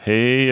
Hey